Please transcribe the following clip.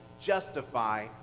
justify